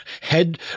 head